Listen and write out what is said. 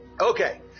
Okay